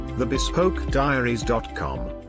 thebespokediaries.com